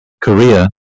Korea